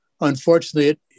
Unfortunately